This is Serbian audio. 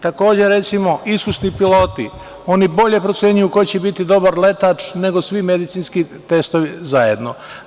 Takođe, recimo, iskusni piloti, oni bolje procenjuju ko će biti dobar letač nego svi medicinski testovi zajedno.